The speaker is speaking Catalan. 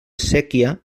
séquia